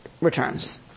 returns